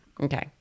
Okay